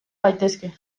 gaitezke